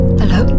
hello